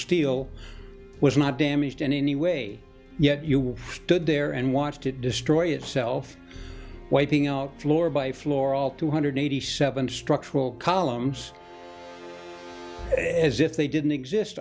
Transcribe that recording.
steel was not damaged in any way yet you stood there and watched it destroy itself wiping out floor by floor all two hundred eighty seven structural columns as if they didn't exist